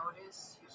notice